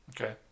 Okay